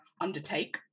undertake